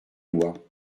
lois